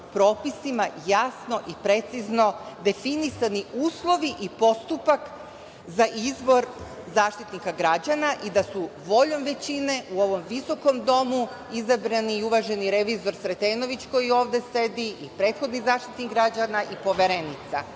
jasno i precizno definisani uslovi i postupak za izbor Zaštitnika građana i da su voljom većine u ovom visokom domu izabrani i uvaženi revizor Sretenović koji ovde sedi i prethodni Zaštitnik građana i poverenica.Međutim,